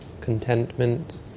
contentment